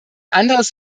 anderes